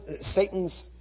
Satan's